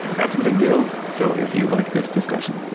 that's a big deal. so if you liked this discussion,